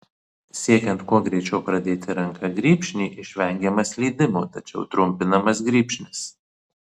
siekiant kuo greičiau pradėti ranka grybšnį išvengiama slydimo tačiau trumpinamas grybšnis